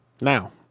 Now